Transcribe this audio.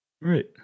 Right